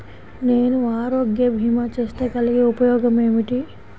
నేను ఆరోగ్య భీమా చేస్తే కలిగే ఉపయోగమేమిటీ?